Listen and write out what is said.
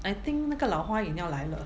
I think 那个老花眼要来了